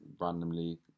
randomly